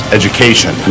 education